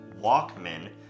Walkman